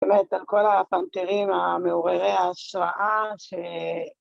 ‫באמת על כל הפנתרים המעוררי ההשראה, ‫ש...